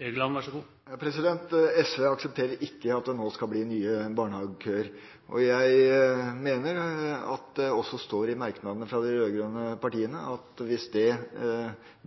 SV aksepterer ikke at det nå skal bli nye barnehagekøer. Jeg mener at det også står i merknadene fra de rød-grønne partiene at hvis det